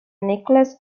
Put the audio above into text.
necklace